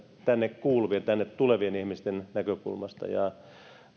tänne kuuluvien ja tänne tulevien ihmisten näkökulmasta ja